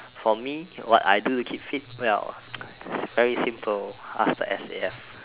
for me what I do to keep fit well very simple ask the S_A_F